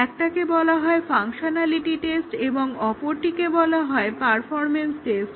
একটিকে বলা হয় ফাংশনালিটি টেস্ট এবং অপরটি হলো পারফরম্যান্স টেস্ট